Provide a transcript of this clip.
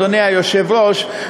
אדוני היושב-ראש,